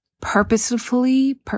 purposefully